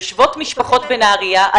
יושבות משפחות בנהריה,